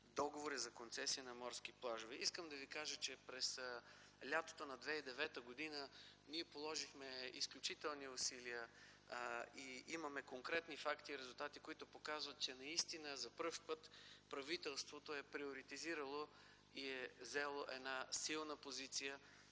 за концесии на морски плажове. Искам да ви кажа, че през лятото на 2009 г. ние положихме изключителни усилия и имаме конкретни факти и резултати, които показват, че наистина за пръв път правителството е приоритизирало този проблем и е заело една силна позиция